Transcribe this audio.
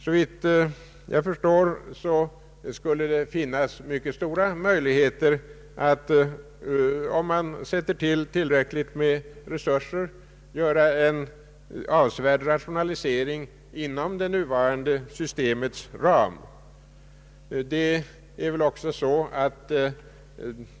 Såvitt jag förstår skulle det finnas stora möjligheter, om man använde tillräckligt med resurser, att göra en avsevärd rationalisering inom det nuvarande systemets ram.